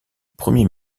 premier